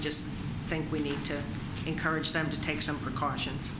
just think we need to encourage them to take some precautions